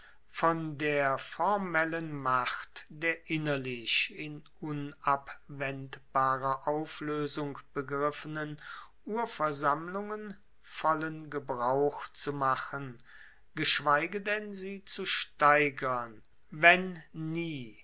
von der formellen macht der innerlich in unabwendbarer aufloesung begriffenen urversammlungen vollen gebrauch zu machen geschweige denn sie zu steigern wenn nie